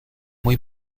muy